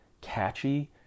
catchy